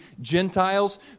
Gentiles